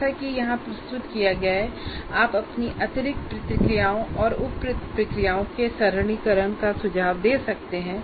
जैसा कि यहां प्रस्तुत किया गया है आप अपनी अतिरिक्त प्रक्रियाओं या उप प्रक्रियाओं के सरलीकरण का सुझाव दे सकते हैं